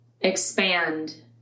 expand